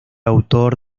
autor